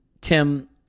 Tim